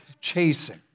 chasing